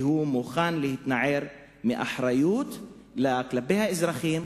והוא מוכן להתנער מאחריות כלפי האזרחים